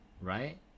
right